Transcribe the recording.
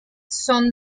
son